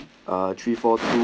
uh three four three